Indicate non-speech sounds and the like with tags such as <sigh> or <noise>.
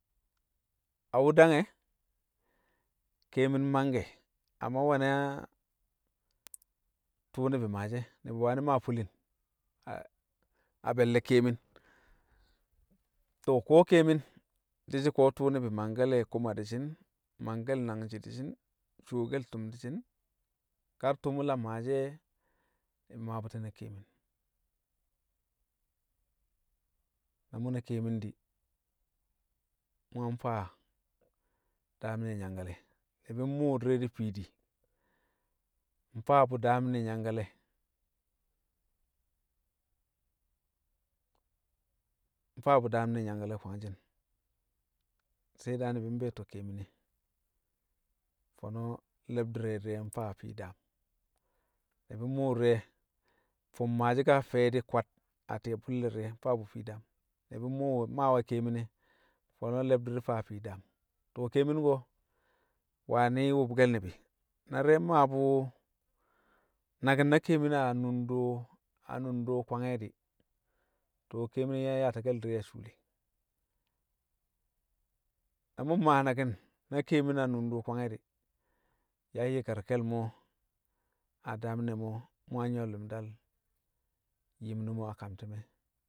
A wu̱ dang e̱, keemin mangke̱, amma nwe̱ na <noise> tṵṵ ni̱bi̱ maashi̱ e̱ ni̱bi̱ wani̱ maa fulin <hesitation> a be̱lle̱ keemin. To̱ ko̱ keemin di̱shi̱ ko̱ tṵṵ ni̱bi̱ mangke̱le̱ koma di̱shi̱n, mangke̱le̱ nangji di̱shin, cuwokel tṵm di̱shi̱n. Kar tṵṵ mṵ lam maashi̱ e̱, maa bṵti ma keemin, na mṵ na keemin di̱ mu̱ yang faa daam nẹ nyankalẹ. Ni̱bi̱ mmu̱u̱ di̱re di̱r fiidim mfaa bu̱ daam ne̱ nyangkale kwangshi̱n sai da ni̱bi̱ mbe̱e̱to̱ keemin e, fo̱no̱ le̱bdi̱r re̱ di̱re̱ mfaa fii daam. Ni̱bi̱ mmu̱u̱ di̱re̱ fum maashi̱ kaa fi̱ye̱di kwad a ti̱ye̱ bṵlle̱ di̱re̱ mfaa̱ bu fii daam, ni̱bi̱ mmu̱u̱we̱ mmaawe̱ keemin e, fo̱no̱ le̱bdi̱r faa fii daam. To̱ keemin ko̱ wani̱ wṵbke̱l ni̱bi̱, na di̱re̱ mmaa bṵ naki̱n na keemin a numdo, a nundo kwange̱ di̱, to̱ keemin yang yaati̱ke̱l di̱re̱ a shuule. Na mṵ mmaa naki̱n na keemin a nundo kwange̱ di̱ yang yi̱karke̱l mo̱ a daam ne̱ mo̱, mu̱ yang nyṵwo li̱mdal yim ne̱ mo̱ a kam ti̱me̱